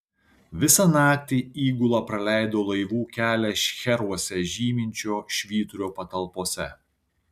visą naktį įgula praleido laivų kelią šcheruose žyminčio švyturio patalpose